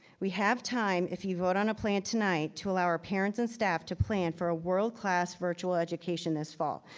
we have time if you vote on a plan tonight to allow our parents and staff to plan for a world-class virtual education this fall.